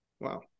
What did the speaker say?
Wow